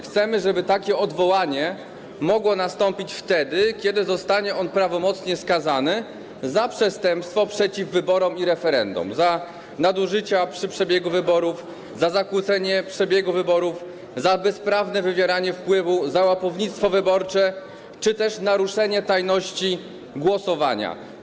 Chcemy, żeby takie odwołanie mogło nastąpić wtedy, kiedy zostanie on prawomocnie skazany za przestępstwo przeciw wyborom i referendom, za nadużycia przy przebiegu wyborów, za zakłócenie przebiegu wyborów, za bezprawne wywieranie wpływu, za łapownictwo wyborcze czy też naruszenie tajności głosowania.